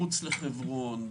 מחוץ לחברון,